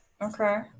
Okay